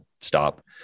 stop